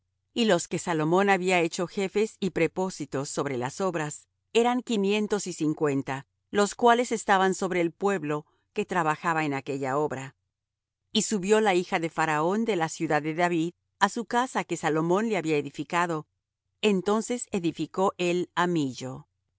y los que salomón había hecho jefes y prepósitos sobre las obras eran quinientos y cincuenta los cuales estaban sobre el pueblo que trabajaba en aquella obra y subió la hija de faraón de la ciudad de david á su casa que salomón le había edificado entonces edificó él